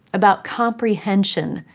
about comprehension,